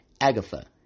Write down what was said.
Agatha